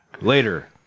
Later